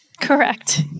Correct